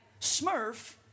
Smurf